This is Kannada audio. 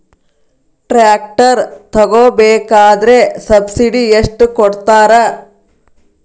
ಟ್ರ್ಯಾಕ್ಟರ್ ತಗೋಬೇಕಾದ್ರೆ ಸಬ್ಸಿಡಿ ಎಷ್ಟು ಕೊಡ್ತಾರ?